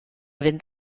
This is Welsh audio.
fynd